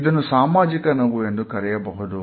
ಇದನ್ನು ಸಾಮಾಜಿಕ ನಗು ಎಂದು ಕರೆಯಬಹುದು